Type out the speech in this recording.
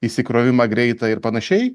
įsikrovimą greitą ir panašiai